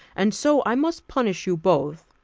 and so i must punish you both.